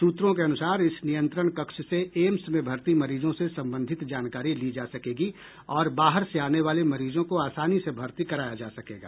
सूत्रों के अनुसार इस नियंत्रण कक्ष से एम्स में भर्ती मरीजों से संबंधित जानकारी ली जा सकेगी और बाहर से आने वाले मरीजों को आसानी से भर्ती कराया जा सकेगा